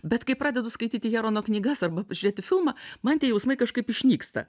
bet kai pradedu skaityti herono knygas arba žiūrėti filmą man tie jausmai kažkaip išnyksta